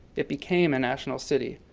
it became a national city,